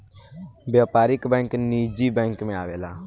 व्यापारिक बैंक निजी बैंक मे आवेला